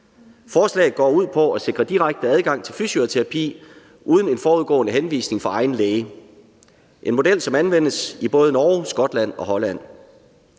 Forslaget går ud på at sikre direkte adgang til fysioterapi uden en forudgående henvisning fra egen læge – en model, som anvendes i både Norge, Skotland og Holland.